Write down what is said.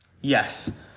Yes